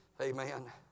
Amen